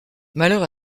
malheur